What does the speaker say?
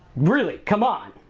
really, come on,